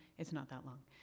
is not that long.